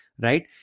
right